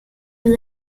you